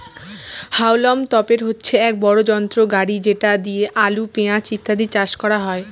হাউলম তোপের হচ্ছে এক বড় যন্ত্র গাড়ি যেটা দিয়ে আলু, পেঁয়াজ ইত্যাদি চাষ করা হয়